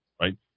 right